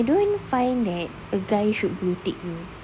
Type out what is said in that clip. I don't find that a guy should blue tick you